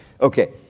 Okay